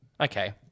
Okay